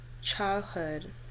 childhood